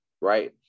right